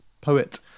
Poet